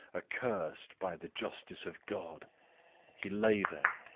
accursed by the justice of god he lay there,